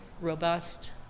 robust